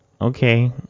Okay